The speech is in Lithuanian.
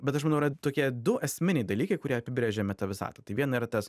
bet aš manau yra tokie du esminiai dalykai kurie apibrėžia meta visatą tai viena yra tas